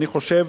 אני חושב,